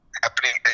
happening